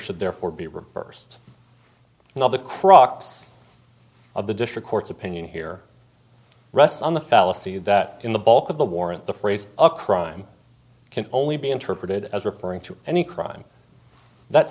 should therefore be reversed and all the crux of the district court's opinion here rests on the fallacy that in the bulk of the warrant the phrase a crime can only be interpreted as referring to any crime that